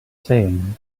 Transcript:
saying